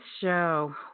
show